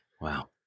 Wow